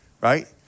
right